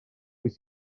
wyt